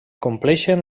compleixen